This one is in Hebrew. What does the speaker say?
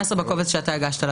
בקובץ שאתה הגשת לוועדה.